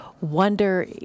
wonder